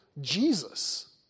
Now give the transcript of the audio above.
Jesus